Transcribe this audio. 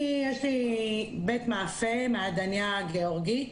אני, יש לי בית מאפיה, מעדנייה גיאורגית,